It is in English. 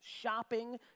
shopping